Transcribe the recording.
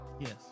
Yes